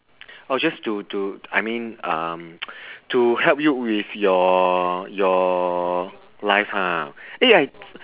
oh just to to I mean um to help you with your your life ha eh I